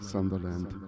Sunderland